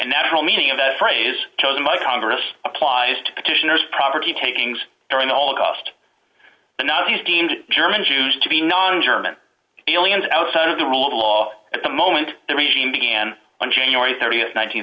and natural meaning of that phrase chosen by congress applies to petitioners property takings during the holocaust and now he's deemed german jews to be non german aliens outside of the rule of law at the moment the regime began on january th